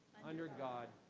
under god,